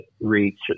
reach